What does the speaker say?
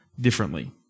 differently